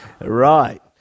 right